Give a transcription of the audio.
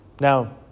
Now